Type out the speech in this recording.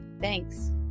Thanks